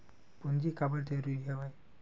पूंजी काबर जरूरी हवय?